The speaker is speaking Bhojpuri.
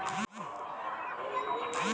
किसान आपना खेत मे कियारी बनाके पटौनी करेले लेन